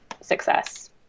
success